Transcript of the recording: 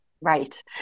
Right